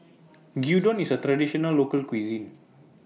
Gyudon IS A Traditional Local Cuisine